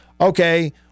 Okay